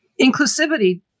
inclusivity